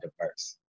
diverse